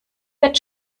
wird